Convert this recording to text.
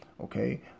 Okay